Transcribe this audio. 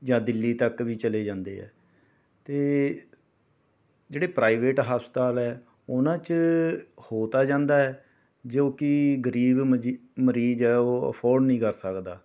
ਜਾਂ ਦਿੱਲੀ ਤੱਕ ਵੀ ਚਲੇ ਜਾਂਦੇ ਹੈ ਅਤੇ ਜਿਹੜੇ ਪ੍ਰਾਈਵੇਟ ਹਸਪਤਾਲ ਹੈ ਉਨ੍ਹਾਂ 'ਚ ਹੋ ਤਾਂ ਜਾਂਦਾ ਹੈ ਜੋ ਕਿ ਗਰੀਬ ਮਜੀ ਮਰੀਜ਼ ਹੈ ਉਹ ਅਫੋਰਡ ਨਹੀਂ ਕਰ ਸਕਦਾ